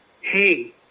hey